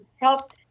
help